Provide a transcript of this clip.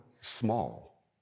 small